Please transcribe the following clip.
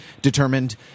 determined